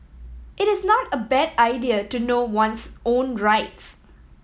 it is not a bad idea to know one's own rights